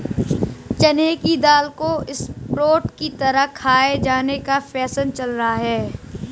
चने की दाल को स्प्रोउट की तरह खाये जाने का फैशन चल रहा है